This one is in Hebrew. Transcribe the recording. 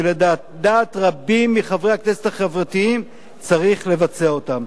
שלדעת רבים מחברי הכנסת החברתיים צריך לבצע אותן.